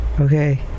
Okay